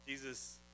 Jesus